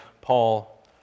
Paul